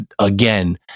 again